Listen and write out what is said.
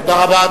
תודה רבה.